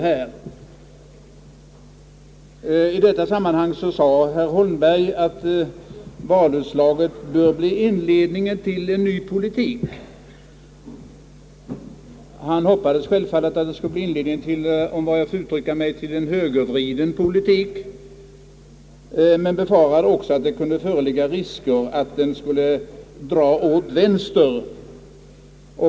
Herr Holmberg sade att valutslaget bör bli inledningen till en ny politik. Han hoppades självfallet att det skulle bli inledningen till, om jag så får uttrycka mig, en högervriden Politik. Men han befarade också att det kunde föreligga risk för att den skulle dras åt vänster.